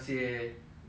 ya lor